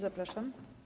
Zapraszam.